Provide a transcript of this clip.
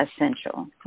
essential